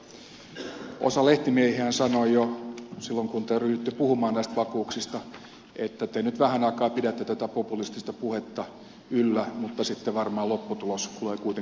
osa lehtimiehistähän sanoi jo silloin kun te ryhdyitte puhumaan vakuuksista että te nyt vähän aikaa pidätte tätä populistista puhetta yllä mutta sitten varmaan lopputulos tulee kuitenkin olemaan järkevä